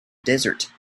desert